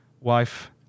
wife